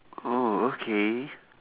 oh okay